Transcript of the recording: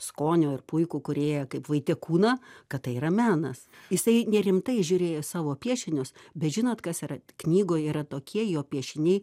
skonio ir puikų kūrėją kaip vaitekūną kad tai yra menas jisai nerimtai žiūrėjo į savo piešinius bet žinot kas yra knygoje yra tokie jo piešiniai